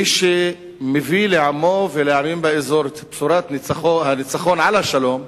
מי שמביא לעמו ולעמים באזור את בשורת הניצחון על השלום,